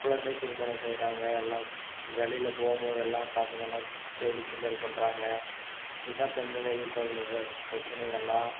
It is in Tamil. குழந்தை திருமணம் செய்கிறாங்க எல்லாம் வெளியில் போகும்போதெல்லாம் பசங்களெலாம் கேலி கிண்டல் பண்ணுறாங்க இதுதான் பெண்கள் எதிர்கொள்ளுகிற பிரச்சினைகள்லாம்